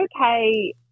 okay